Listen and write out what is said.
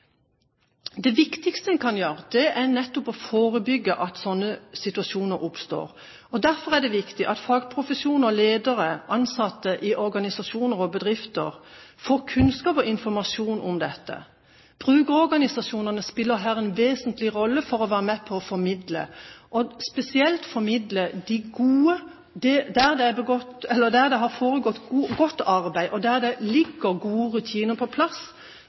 Det viktigste en kan gjøre, er å forebygge at slike situasjoner oppstår. Derfor er det viktig at folk i fagprofesjoner, ledere, ansatte i organisasjoner og bedrifter får kunnskap og informasjon om dette. Brukerorganisasjonene spiller her en vesentlig rolle ved å være med på å formidle spesielt det gode arbeidet som er gjort, der det ligger gode rutiner på plass, sånn at en kan utvikle dette til å bli nasjonale rutiner og